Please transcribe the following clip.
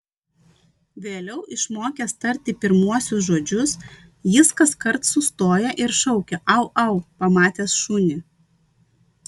vėliau išmokęs tarti pirmuosius žodžius jis kaskart sustoja ir šaukia au au pamatęs šunį